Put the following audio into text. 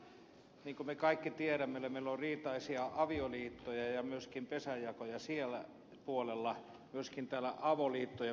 niin kuin me kaikki tiedämme niin meillä on riitaisia avioliittoja ja myöskin pesänjakoja siellä puolella myöskin täällä avoliittojen puolella